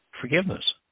forgiveness